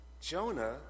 Jonah